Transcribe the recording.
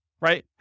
right